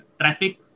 traffic